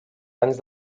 anys